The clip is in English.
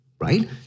right